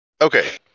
Okay